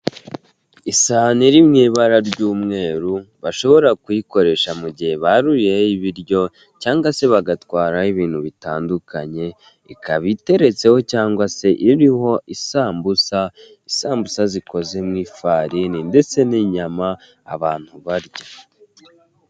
Isahani iri mu ibara ry'umweru bashobora kuyikoresha mu gihe baruye ibiryo cyangwa se bagatwara ibintu bitandukanye ikaba iteretseho cyangwa se iriho isambusa isambusa zikoze mu ifarini ndetse n'inyama abantu barya.